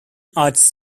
arts